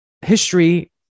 history